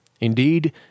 Indeed